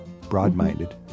broad-minded